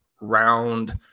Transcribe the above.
round